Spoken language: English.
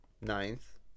Ninth